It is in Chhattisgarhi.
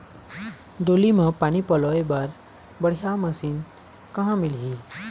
डोली म पानी पलोए बर बढ़िया मशीन कहां मिलही?